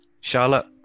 Charlotte